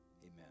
amen